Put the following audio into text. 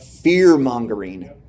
Fear-mongering